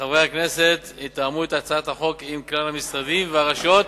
שחברי הכנסת יתאמו את הצעת החוק עם כלל המשרדים והרשויות